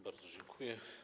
Bardzo dziękuję.